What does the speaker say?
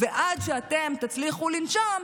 עד שאתם תצליחו לנשום,